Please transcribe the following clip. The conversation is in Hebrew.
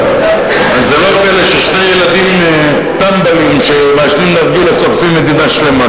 אז זה לא פלא ששני ילדים טמבלים שמעשנים נרגילה שורפים מדינה שלמה.